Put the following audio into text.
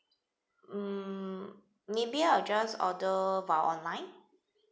hmm maybe I'll just order via online